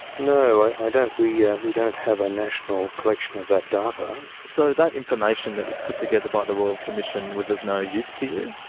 no, i don't. we yeah we don't have a national collection of that data. so that information that was put together by the royal commission was of no use to you?